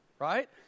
right